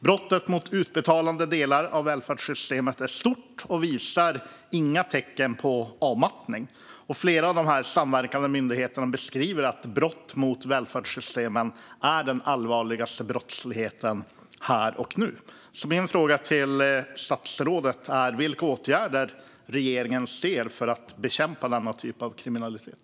Brottsligheten mot utbetalande delar av välfärdssystemet är stor och visar inga tecken på avmattning. Flera av de samverkande myndigheterna beskriver att brott mot välfärdssystemen är den allvarligaste brottsligheten här och nu. Min fråga till statsrådet är vilka åtgärder regeringen ser behövs för att bekämpa denna typ av kriminalitet.